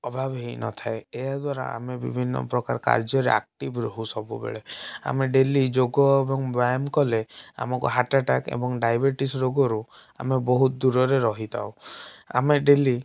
ଅଭାବ ହେଇନଥାଏ ଏହାଦ୍ଵାରା ଆମେ ବିଭିନ୍ନ ପ୍ରକାର କାର୍ଯ୍ୟରେ ଆକ୍ଟିଭ ରହୁ ସବୁବେଳେ ଆମେ ଡେଲି ଯୋଗ ଏବଂ ବ୍ୟାୟାମ କଲେ ଆମକୁ ହାର୍ଟଟାଟାକ ଏବଂ ଡାଇବେଟିସ ରୋଗରୁ ଆମେ ବହୁତ ଦୂରରେ ରହିଥାଉ ଆମେ ଡେଲି